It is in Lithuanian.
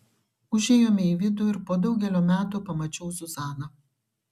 užėjome į vidų ir po daugelio metų pamačiau zuzaną